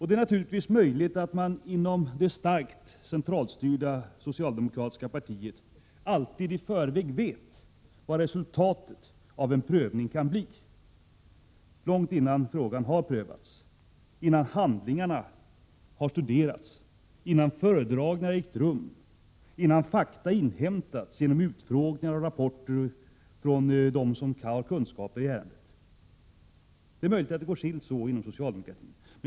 Det är naturligtvis möjligt att man inom det starkt centralstyrda socialdemokratiska partiet alltid i förväg vet vad resultatet av en prövning kan bli, långt innan frågan har prövats, innan handlingarna har studerats, innan föredragningar ägt rum, innan fakta inhämtats genom utfrågningar av och rapporter från dem som har kunskaper i ärendet. Det är möjligt att det går till så inom socialdemokratin.